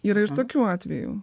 yra ir tokių atvejų